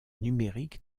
numérique